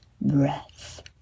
breath